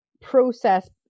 process